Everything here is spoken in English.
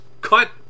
cut